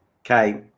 Okay